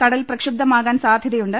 കടൽ പ്രക്ഷുബ്ധമാകാൻ സാധ്യതയുണ്ട്